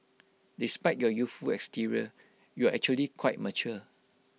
despite your youthful exterior you're actually quite mature